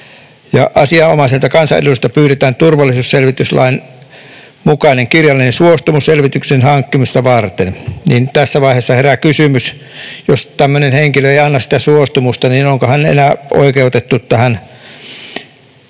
ja asianomaiselta kansanedustajalta pyydetään turvallisuusselvityslain mukainen kirjallinen suostumus selvityksen hankkimista varten. Eli tässä vaiheessa herää kysymys, että jos tämmöinen henkilö ei anna sitä suostumusta, niin onko hän enää oikeutettu tähän